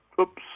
oops